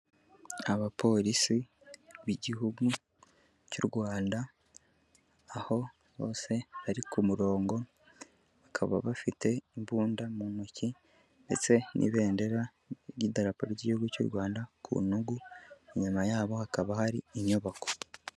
Abapolisi b'igihugu cy'u Rwanda, aho hose bari ku murongo, bakaba bafite imbunda mu ntoki ndetse n'ibendera ry'idarapo ry'igihugu cy'u Rwanda ku ntugu, inyuma yabo hakaba hari inyubako.